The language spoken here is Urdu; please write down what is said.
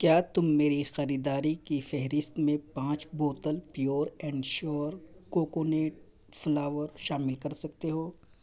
کیا تم میری خریداری کی فہرست میں پانچ بوتل Pure and Sure coconut flour شامل کر سکتے ہو